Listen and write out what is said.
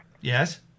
Yes